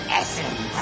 essence